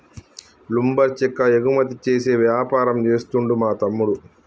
lumber చెక్క ఎగుమతి చేసే వ్యాపారం చేస్తుండు మా తమ్ముడు